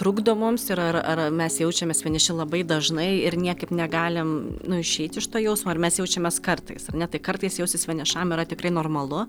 trukdo mums ir ar ar mes jaučiamės vieniši labai dažnai ir niekaip negalim nu išeit iš to jausmo ar mes jaučiamės kartais ar ne tai kartais jaustis vienišam yra tikrai normalu